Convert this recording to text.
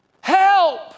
Help